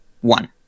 one